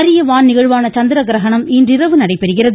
அரிய வான் நிகழ்வான சந்திரகிரஹணம் இன்றிரவு நடைபெறுகிறது